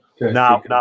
Now